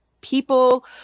people